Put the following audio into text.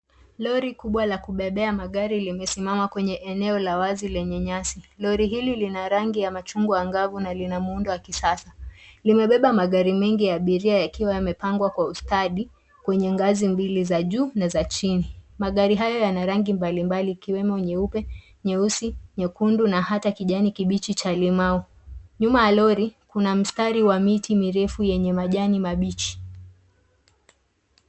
Lori kubwa la kubebea magari limesimama kwenye eneo la wazi lenye nyasi . Lori hili lina rangi ya machungwa angavu na lina muundo wa kisasa. Limebeba magari mengi ya abiria yakiwa yamepangwa kwa ustadi kwenye ngazi mbili, za juu na za chini. Magari hayo yana rangi mbalimbali ikiwemo nyeupe, nyeusi, nyekundu na hata kijani kibichi cha limau. Nyuma ya lori, kuna mstari wa miti mirefu yenye majani mabichi .